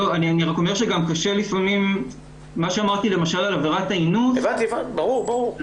מה שאמרתי למשל על עבירת האינוס אומר שאם